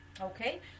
okay